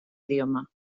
idioma